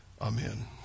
Amen